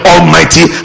Almighty